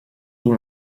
tout